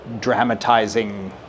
dramatizing